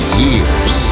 years